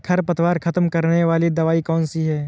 खरपतवार खत्म करने वाली दवाई कौन सी है?